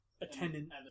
attendant